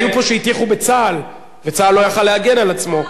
היו פה שהטיחו בצה"ל וצה"ל לא יכול היה להגן על עצמו.